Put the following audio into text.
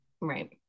Right